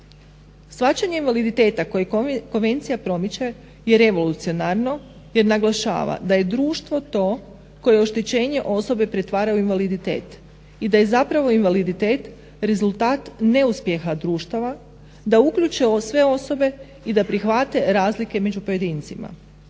Shvaćanje invaliditeta koji konvencija je promiče je revolucionarno jer naglašava da je društvo to koje oštećenje osobe pretvara u invaliditet i da je zapravo invaliditet rezultat neuspjeha društava da uključe sve osobe i da prihvate razlike među pojedincima.